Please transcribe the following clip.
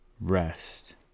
rest